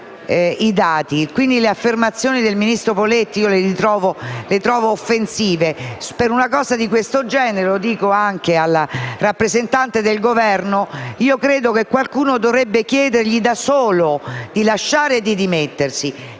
offensive le affermazioni del ministro Poletti. Per una cosa di questo genere, lo dico anche al rappresentante del Governo, credo che qualcuno dovrebbe chiedergli di lasciare e di dimettersi